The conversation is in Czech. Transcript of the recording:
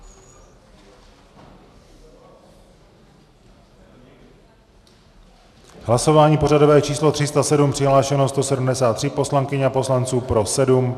V hlasování pořadové číslo 307 přihlášeno 173 poslankyň a poslanců, pro 7 .